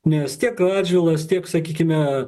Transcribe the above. nes tiek radžvilas tiek sakykime